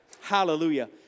Hallelujah